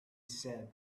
said